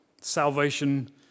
Salvation